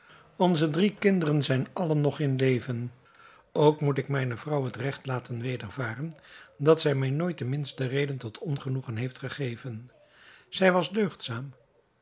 onze drie kinderen zijn allen nog in leven ook moet ik mijne vrouw het regt laten wedervaren dat zij mij nooit de minste reden tot ongenoegen heeft gegeven zij was deugdzaam